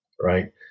Right